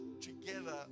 together